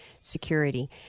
security